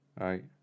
Right